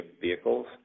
vehicles